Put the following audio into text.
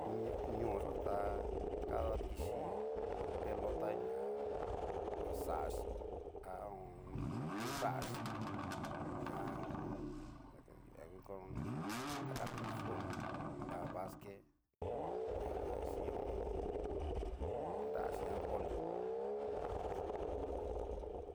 Ñio ñoo yó ta kadadikichi pelota ña xaxhí ha ho o on. nraxhi ña ngu añakan ña kanna ngu fut a basque ñajan chin ho o on. nraxí na boli es eso aja.